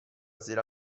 sera